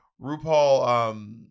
RuPaul